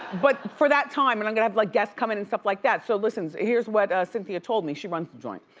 but for that time, and i'm gonna have like guests come in and stuff like that. so so here's what cynthia told me, she runs the joint.